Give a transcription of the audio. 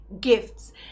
Gifts